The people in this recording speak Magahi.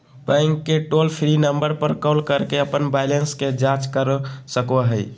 बैंक के टोल फ्री नंबर पर कॉल करके अपन बैलेंस के जांच कर सको हइ